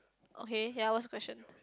okay ya what's the question